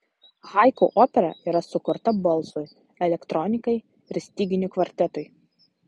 haiku opera yra sukurta balsui elektronikai ir styginių kvartetui